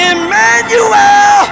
Emmanuel